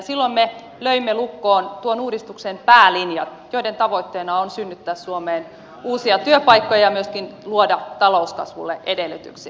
silloin me löimme lukkoon tuon uudistuksen päälinjat joiden tavoitteena on synnyttää suomeen uusia työpaikkoja myöskin luoda talouskasvulle edellytyksiä